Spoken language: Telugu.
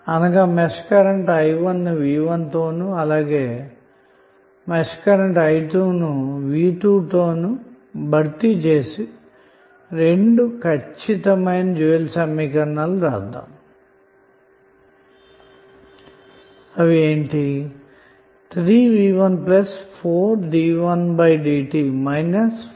అనగా మెష్ కరెంట్ ను తో ను అలాగే ను తో భర్తీ చేసి రెండు ఖచ్చితమైన డ్యూయల్ సమీకరణాలు వ్రాద్దాము